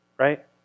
right